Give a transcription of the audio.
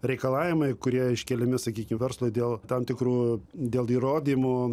reikalavimai kurie iškeliami sakykim verslui dėl tam tikrų dėl įrodymų